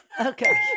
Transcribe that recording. Okay